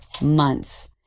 months